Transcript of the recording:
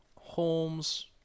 Holmes